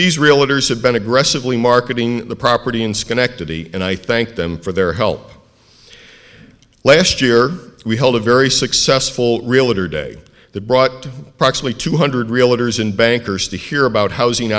have been aggressively marketing the property in schenectady and i thank them for their help last year we held a very successful realtor day that brought approximately two hundred realtors in bankers to hear about housing